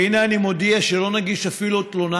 והינה, אני מודיע שלא נגיש אפילו תלונה